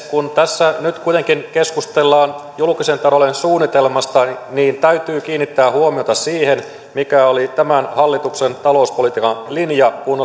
kun tässä nyt kuitenkin keskustellaan julkisen talouden suunnitelmasta niin täytyy kiinnittää huomiota siihen mikä oli tämän hallituksen talouspolitiikan linja kun